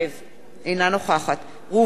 אינה נוכחת ראובן ריבלין,